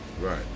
Right